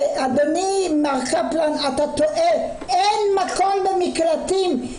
אדוני, מר קפלן, אתה טועה, אין מקום במקלטים.